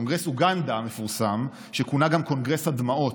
קונגרס אוגנדה המפורסם, שכונה גם "קונגרס הדמעות"